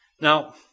Now